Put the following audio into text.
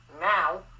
now